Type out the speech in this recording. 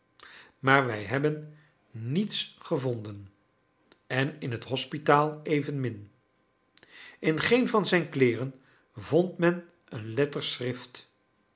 maar wij hebben niets gevonden en in t hospitaal evenmin in geen van zijn kleeren vond men een letter schrift